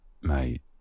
mate